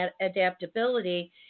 adaptability